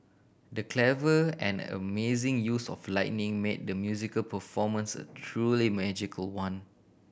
the clever and amazing use of lighting made the musical performance a truly magical one